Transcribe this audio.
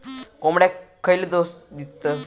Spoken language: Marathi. कोंबड्यांक खयले डोस दितत?